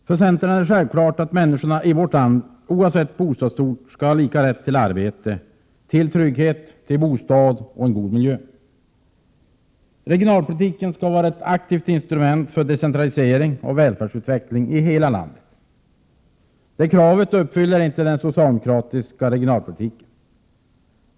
För centern är det självklart att människorna i vårt land, oavsett bostadsort, skall ha lika rätt till arbete, trygghet, bostad och god miljö. Regionalpolitiken skall vara ett aktivt instrument för decentralisering och välfärdsutveckling i hela landet. Det kravet uppfyller inte den socialdemokratiska regionalpolitiken.